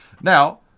Now